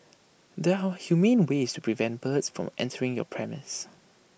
there are humane ways to prevent birds from entering your premises